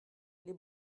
les